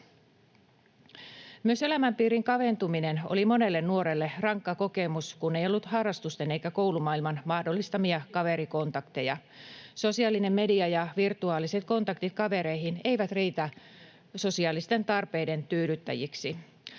Myös elämänpiirin kaventuminen oli monelle nuorelle rankka kokemus, kun ei ollut harrastusten eikä koulumaailman mahdollistamia kaverikontakteja. Sosiaalinen media ja virtuaaliset kontaktit kavereihin eivät riitä sosiaalisten tarpeiden tyydyttäjiksi.